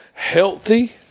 Healthy